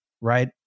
Right